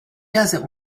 doesn’t